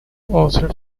author